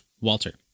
Walter